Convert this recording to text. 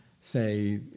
say